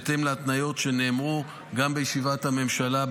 בהתאם להתניות שנאמרו גם בישיבת הממשלה,